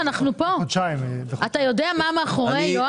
אתה יודע מה עומד מאחורי הדברים?